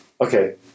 okay